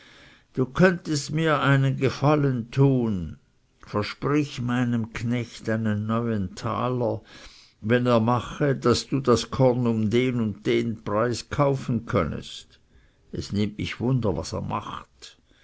du könntest mir einen gefallen tun versprich meinem knecht einen neuentaler wenn er mache daß du das korn um den und den preis kaufen könnest es nimmt mich wunder was er macht